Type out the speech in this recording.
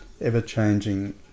ever-changing